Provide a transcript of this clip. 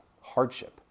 hardship